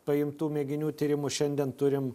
paimtų mėginių tyrimų šiandien turim